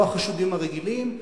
לא החשודים הרגילים,